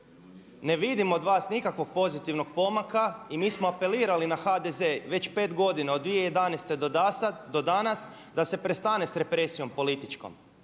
ne vidim od vas nikakvog pozitivnog pomaka i mi smo apelirali na HDZ već 5 godina od 2011. do danas da se prestane s represijom političkom.